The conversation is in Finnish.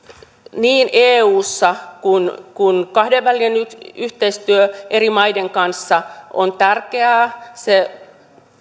niin eussa kuin kahdenvälinen yhteistyö eri maiden kanssa on tärkeää se